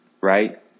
right